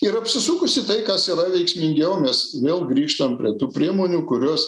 ir apsisukusi tai kas yra veiksmingiau mes vėl grįžtam prie tų priemonių kurios